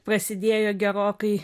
prasidėjo gerokai